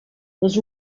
les